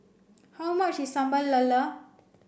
how much Sambal Lala